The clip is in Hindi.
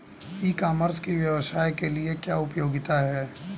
ई कॉमर्स की व्यवसाय के लिए क्या उपयोगिता है?